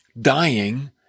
dying